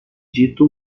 dito